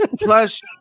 plus